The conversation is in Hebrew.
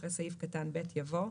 אחרי סעיף קטן (ב) יבוא: